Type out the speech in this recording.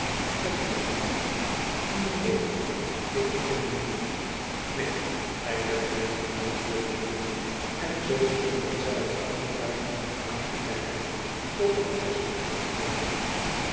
ken ik ui n e e n ikkenuniet neen gij kent mij niet antwoordde de man en zoo stonden zij elkander vrij grimmig aan te kijken totdat pleasant terugkwam